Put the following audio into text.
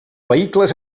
vehicles